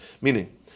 Meaning